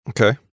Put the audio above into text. Okay